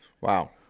Wow